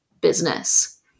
business